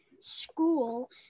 school